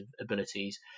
abilities